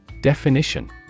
Definition